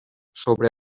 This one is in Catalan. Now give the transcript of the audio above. sobre